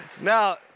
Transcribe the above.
Now